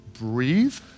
breathe